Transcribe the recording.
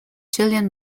gillian